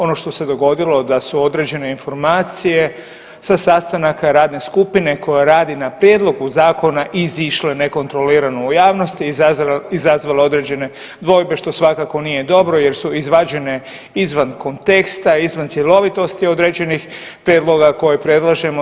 Ono što se dogodilo da su određene informacije sa sastanaka radne skupine koja radi na prijedlogu zakona izišle nekontrolirano u javnost izazvale određene dvojbe što svakako nije dobro, jer su izvađene izvan konteksta, izvan cjelovitosti određenih prijedloga koje predlažemo.